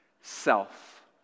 Self